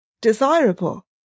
desirable